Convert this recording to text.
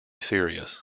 serious